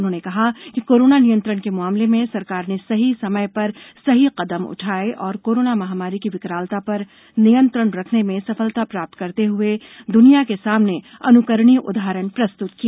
उन्होंने कहा कि कोरोना नियंत्रण के मामले में सरकार ने सही समय पर सही कदम उठाये है और कोरोना महामारी की विकरालता पर नियंत्रण रखने में सफलता प्राप्त करते हुए दुनिया के सामने अनुकरणीय उदाहरण प्रस्तुत किया